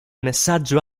messaggio